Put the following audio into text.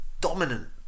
dominant